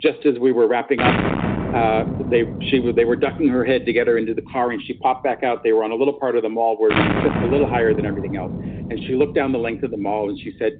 just as we were wrapping up they she would they were ducking her head to get her into the car and she popped back out they were on a little part of the mall where you're just a little higher than everything else and she looked down the length of the mall and she said,